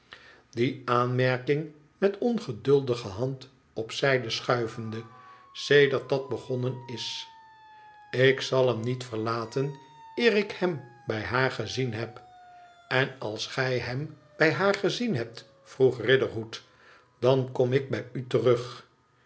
die aanmerking met ongeduldige hand op zijde schuivende sedert dat begonnen is ik zal hem niet verlaten eer ik hem bij haar gezien heb n als gij hem bij haar gezien hebt vroeg riderhood dan kom ik bij u terug